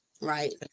Right